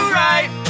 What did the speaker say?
right